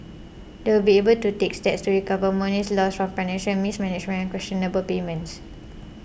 they will be able to take steps to recover monies lost from financial mismanagement and questionable payments